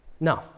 No